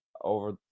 over